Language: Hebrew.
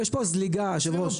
יש פה זליגה היושב ראש,